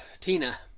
tina